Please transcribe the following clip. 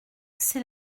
c’est